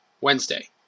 Wednesday